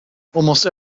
almost